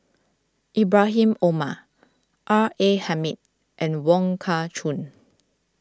Ibrahim Omar R A Hamid and Wong Kah Chun